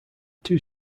two